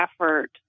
effort